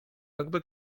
jakby